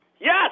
Yes